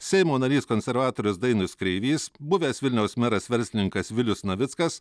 seimo narys konservatorius dainius kreivys buvęs vilniaus meras verslininkas vilius navickas